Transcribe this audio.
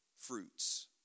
fruits